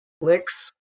licks